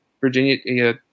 Virginia